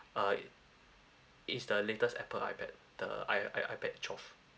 uh it's the latest apple ipad the i~ i~ ipad twelve